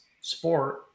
sport